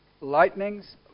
lightnings